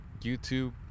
YouTube